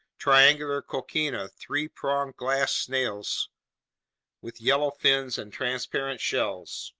triangular coquina, three-pronged glass snails with yellow fins and transparent shells,